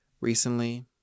Recently